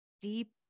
deep